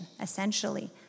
essentially